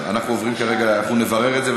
אנחנו נברר את זה.